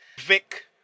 Vic